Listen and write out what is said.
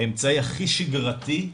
האמצעי הכי שגרתי,